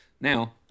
Now